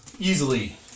easily